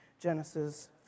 Genesis